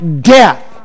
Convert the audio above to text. death